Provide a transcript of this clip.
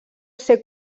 ser